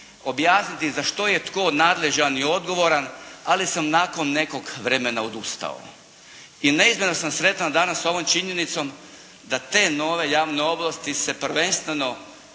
objasniti za što je tko nadležan i odgovoran ali sam nakon nekog vremena odustao. I neizmjerno sam sretan danas ovom činjenicom da te nove javne ovlasti se prvenstveno